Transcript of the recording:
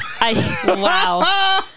Wow